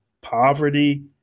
poverty